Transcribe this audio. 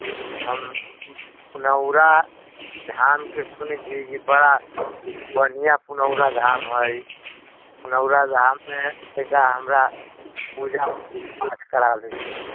कि हम पुनौराधामके सुनै छियै कि बड़ा बढ़िआँ पुनौराधाम हय पुनौराधाममे एकटा हमरा पूजा पाठ कराबैके हय